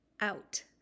out